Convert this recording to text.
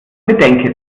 bedenke